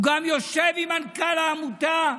הוא גם יושב עם מנכ"ל העמותה,